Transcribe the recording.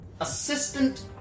Assistant